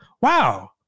Wow